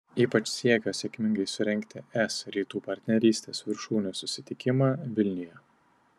ypač siekio sėkmingai surengti es rytų partnerystės viršūnių susitikimą vilniuje